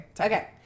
Okay